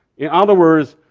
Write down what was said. in other words,